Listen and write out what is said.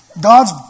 God's